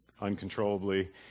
uncontrollably